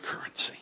currency